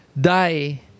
die